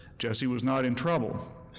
jessie was not in trouble,